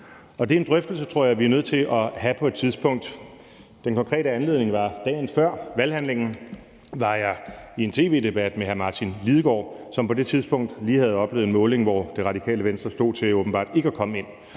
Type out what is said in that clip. Det er en drøftelse, jeg tror vi er nødt til at have på et tidspunkt. Den konkrete anledning var, at jeg dagen før valghandlingen var i en tv-debat med hr. Martin Lidegaard, som på det tidspunkt lige havde oplevet en måling, hvor Radikale Venstre stod til åbenbart ikke at komme ind.